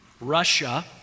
Russia